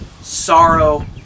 sorrow